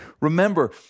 remember